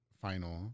final